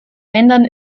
ländern